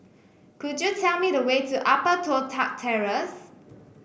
could you tell me the way to Upper Toh Tuck Terrace